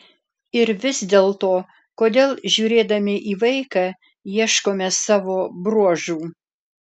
ir vis dėlto kodėl žiūrėdami į vaiką ieškome savo bruožų